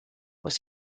was